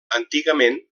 antigament